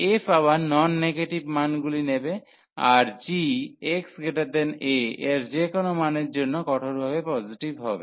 f আবার non negative মানগুলি নেবে আর g xa এর যেকোনো মানের জন্য কঠোরভাবে পজিটিভ হবে